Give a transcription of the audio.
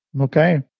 Okay